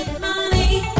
money